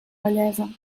vellesa